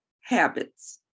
habits